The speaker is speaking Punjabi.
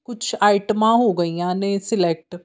ਕੁਛ ਆਈਟਮਾਂ ਹੋ ਗਈਆਂ ਨੇ ਸਿਲੈਕਟ